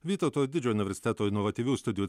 vytauto didžiojo universiteto inovatyvių studijų